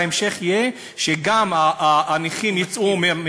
וההמשך יהיה שגם הנכים יצאו, אני מסכים.